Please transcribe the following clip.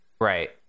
Right